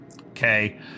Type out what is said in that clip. Okay